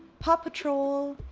paw patrol,